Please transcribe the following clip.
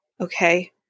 Okay